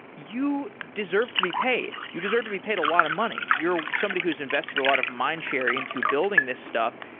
you deserve to be paid. you deserved to be paid a lot of money. you're somebody who's invested a lot of mine share into building this stuff.